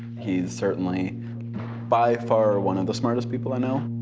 he's certainly by far one of the smartest people i know.